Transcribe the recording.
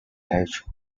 age